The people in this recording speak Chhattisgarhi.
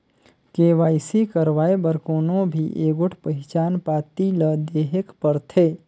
के.वाई.सी करवाए बर कोनो भी एगोट पहिचान पाती ल देहेक परथे